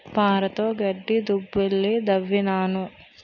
పారతోగడ్డి దుబ్బులు దవ్వినాను